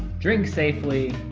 drink safely.